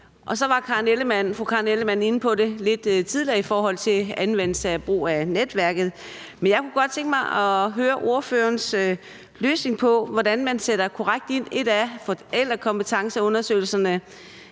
Og fru Karen Ellemann har lidt tidligere været inde på anvendelse af brug af netværket. Men jeg kunne godt tænke mig at høre ordførerens løsning på, hvordan man sætter korrekt ind. Ét er forældrekompetenceundersøgelserne